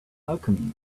alchemy